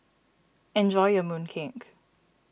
enjoy your Mooncake